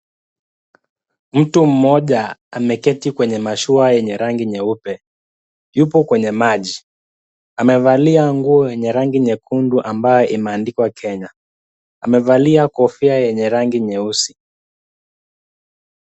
Mtu mmoja, ameketi kwebye mashua ya rangi nyeupe, yupo kwenye maji, amevalia nguo ya rangi nyekundu ambayo imeandikwa Kenya, amevalia kofia yenye rangi nyeusi.